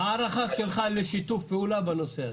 מה ההערכה שלך לשיתוף פעולה בנושא הזה?